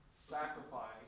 sacrifice